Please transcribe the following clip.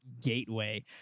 gateway